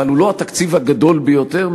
אבל הוא לא התקציב הגדול ביותר,